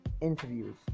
interviews